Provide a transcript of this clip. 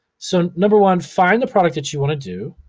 so, number one, find the product that you wanna do,